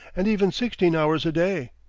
and even sixteen hours a day!